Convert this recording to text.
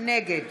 נגד